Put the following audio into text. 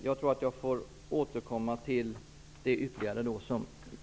Jag får återkomma till det ytterligare som Björn Samuelson har frågat om.